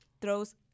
throws